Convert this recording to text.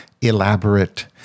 elaborate